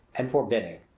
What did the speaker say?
and forbidding.